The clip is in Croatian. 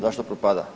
Zašto propada?